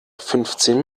fünfzehn